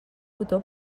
botó